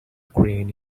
crane